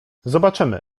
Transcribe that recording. zobaczymy